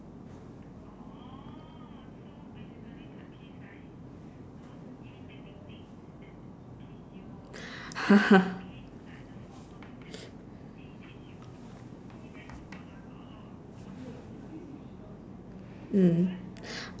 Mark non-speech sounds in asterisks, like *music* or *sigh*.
*laughs* mm